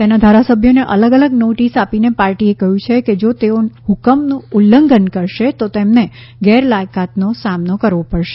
તેના ધારાસભ્યોને અલગ અલગ નોટિસ આપીને પાર્ટીએ કહ્યું છે કે જો તેઓ હૂકમનું ઉલ્લંઘન કરશે તો તેમને ગેરલાયકાતનો સામનો કરવો પડશે